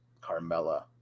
Carmella